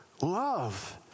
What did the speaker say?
love